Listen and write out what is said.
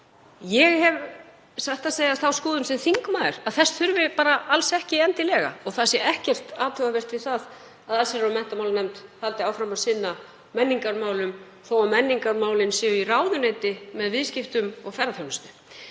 Ég hef satt að segja þá skoðun sem þingmaður að þess þurfi bara alls ekki endilega og það sé ekkert athugavert við það að allsherjar- og menntamálanefnd haldi áfram að sinna menningarmálum þótt menningarmálin séu í ráðuneyti með viðskiptum og ferðaþjónustu.